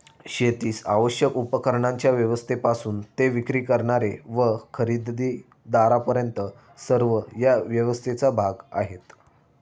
शेतीस आवश्यक उपकरणांच्या व्यवस्थेपासून ते विक्री करणारे व खरेदीदारांपर्यंत सर्व या व्यवस्थेचा भाग आहेत